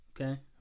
Okay